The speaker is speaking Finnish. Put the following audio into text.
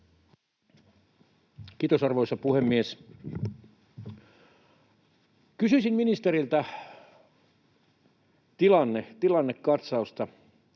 Kiitos, arvoisa puhemies! Kysyisin ministeriltä tilannekatsausta.